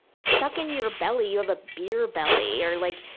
suck in your belly. you have a beer belly. or, like,